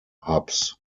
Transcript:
hubs